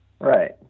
Right